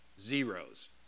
zeros